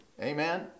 amen